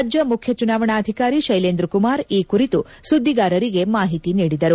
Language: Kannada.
ರಾಜ್ಯ ಮುಖ್ಯ ಚುನಾವಣಾಧಿಕಾರಿ ಶೈಲೇಂದ್ರ ಕುಮಾರ್ ಈ ಕುರಿತು ಸುದ್ವಿಗಾರರಿಗೆ ಮಾಹಿತಿ ನೀಡಿದರು